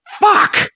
Fuck